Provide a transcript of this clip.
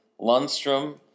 Lundstrom